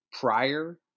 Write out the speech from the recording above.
prior